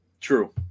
True